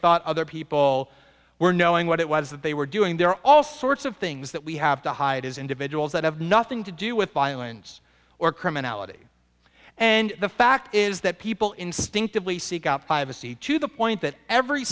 thought other people were knowing what it was that they were doing there are all sorts of things that we have to hide as individuals that have nothing to do with violence or criminality and the fact is that people instinctively seek out to the point that every